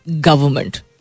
government